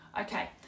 okay